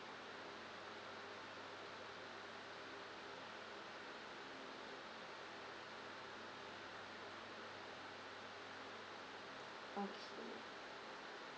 okay